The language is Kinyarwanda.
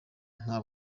nta